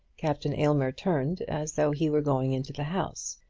captain aylmer turned as though he were going into the house.